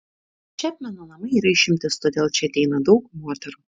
čepmeno namai yra išimtis todėl čia ateina daug moterų